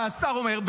השר אומר,